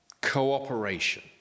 Cooperation